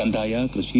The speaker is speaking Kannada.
ಕಂದಾಯ ಕೃಷಿ